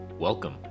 Welcome